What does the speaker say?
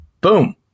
Boom